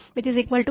51